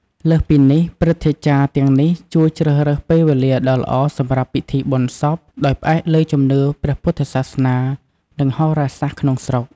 លើសពីនេះ ព្រឹទ្ធាចារ្យទាំងនេះជួយជ្រើសរើសពេលវេលាដ៏ល្អសម្រាប់ពិធីបុណ្យសព ដោយផ្អែកលើជំនឿព្រះពុទ្ធសាសនា និងហោរាសាស្រ្តក្នុងស្រុក។